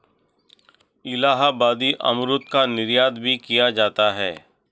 इलाहाबादी अमरूद का निर्यात भी किया जाता है